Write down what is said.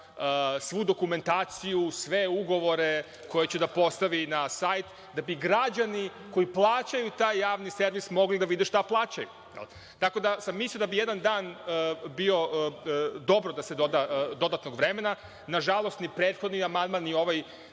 svu dokumentaciju, sve ugovore koje će da postavi na sajt da bi građani koji plaćaju taj javni servis mogli da vide šta plaćaju, jel. Tako da sam mislio da bi jedan dan bilo dobro da se doda dodatnog vremena. Na žalost, ni prethodni amandman ni ovaj